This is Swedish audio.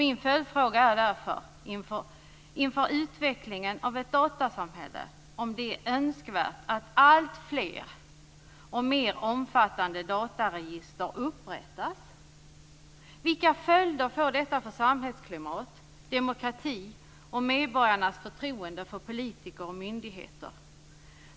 Min följdfråga är därför om det inför utvecklingen av ett datasamhälle är önskvärt att alltfler och mer omfattande dataregister upprättas. Vilka följder får detta för samhällsklimat, demokrati och medborgarnas förtroende för politiker och myndigheter?